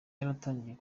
yaratangiye